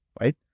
right